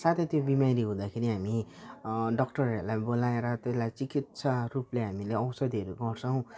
साथै त्यो बिमारी हुँदाखेरि हामी डक्टरहरूलाई बोलाएर त्यसलाई चिकित्सा रूपले हामीले औषधीहरू गर्छौँ